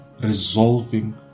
resolving